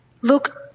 Look